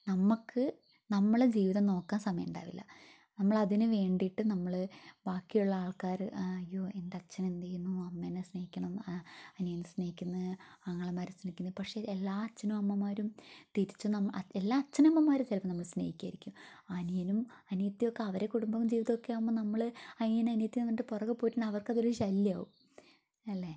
നമ്മൾക്ക് നമ്മളെ ജീവിതം നോക്കാൻ സമയം ഉണ്ടാവില്ല നമ്മൾ അതിന് വേണ്ടിയിട്ട് നമ്മൾ ബാക്കിയുള്ള ആൾക്കാർ അയ്യോ എൻ്റെ അച്ഛൻ എന്തു ചെയ്യുന്നു അമ്മേനെ സ്നേഹിക്കണം അനിയനെ സ്നേഹിക്കുന്നു ആങ്ങളമാരെ സ്നേഹിക്കുന്നു പക്ഷെ എല്ലാ അച്ഛനും അമ്മമാരും തിരിച്ചും എല്ലാ അച്ഛനമ്മമാരും ചിലപ്പോൾ നമ്മളെ സ്നേഹിക്കുമായിരിക്കും അനിയനും അനിയത്തിയുമൊക്കെ അവരെ കുടുംബവും ജീവിതവും ഒക്കെ ആവുമ്പോൾ നമ്മൾ അനിയൻ അനിയത്തിയെന്ന് പറഞ്ഞിട്ട് പുറകെ പോയിട്ടുണ്ടെങ്കിൽ അത് അവർക്ക് അതൊരു ശല്യമാവും അല്ലേ